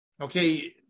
okay